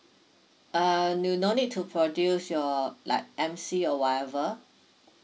uh you no need to produce your like M_C or whatever